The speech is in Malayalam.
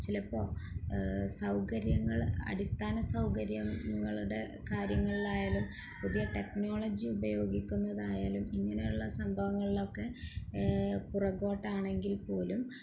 ചിലപ്പോള് സൗകര്യങ്ങൾ അടിസ്ഥാന സൗകര്യങ്ങളുടെ കാര്യങ്ങളിലായാലും പുതിയ ടെക്നോളജി ഉപയോഗിക്കുന്നതായാലും ഇങ്ങനെയുള്ള സംഭവങ്ങളിലൊക്കെ പുറകോട്ട് ആണെങ്കിൽപ്പോലും